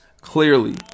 Clearly